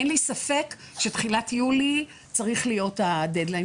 אין לי ספק שתחילת יולי צריך להיות הדד-ליין